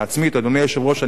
אדוני היושב-ראש, אני חייב